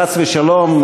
חס ושלום,